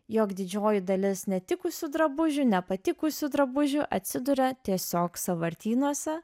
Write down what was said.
jog didžioji dalis netikusių drabužių nepatikusių drabužių atsiduria tiesiog sąvartynuose